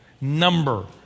number